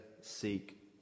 seek